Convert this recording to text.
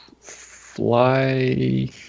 fly